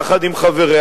יחד עם חבריה,